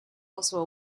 also